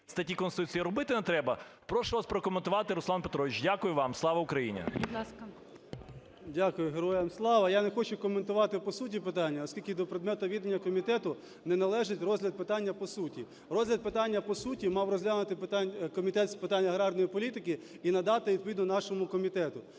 статті Конституції, робити не треба. Прошу вас прокоментувати, Руслан Петрович. Дякую вам. Слава Україні! ГОЛОВУЮЧИЙ. Будь ласка. 13:45:32 КНЯЗЕВИЧ Р.П. Дякую. Героям Слава! Я не хочу коментувати по суті питання, оскільки до предмету відання комітету не належить розгляд питання по суті. Розгляд питання по суті мав розглянути Комітет з питань аграрної політики і надати відповідно нашому комітету.